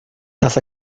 las